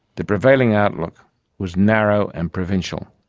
the prevailing outlook was narrow and provincial.